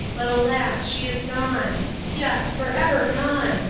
but, alas! she is gone yes, forever gone,